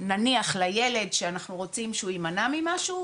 נניח לילד שאנחנו רוצים שהוא ימנע ממשהו,